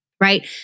right